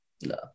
No